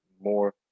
more